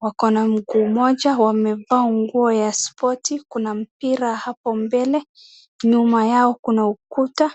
wakona mguu mmoja wamevaa nguo ya spoti. Kuna mpira hapo mbele na nyuma yao kuna ukuta.